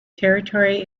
territory